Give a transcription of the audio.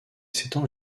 s’étend